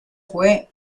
fue